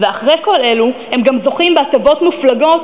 ואחרי כל אלו הם גם זוכים בהטבות מופלגות